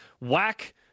whack